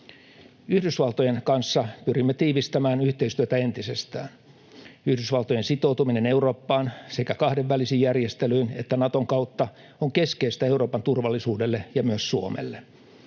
Yhdysvaltojen kanssa pyrimme tiivistämään yhteistyötä entisestään. Yhdysvaltojen sitoutuminen Eurooppaan sekä kahdenvälisin järjestelyin että Naton kautta on keskeistä Euroopan turvallisuudelle ja myös Suomelle.